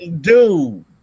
dude